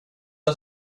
att